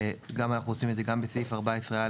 אנחנו עושים את זה גם בסעיף 14(א),